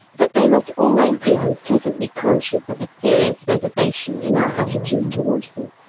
but they must always be unpleasantly conscious of a serious reservation in our attitude towards them.